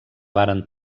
varen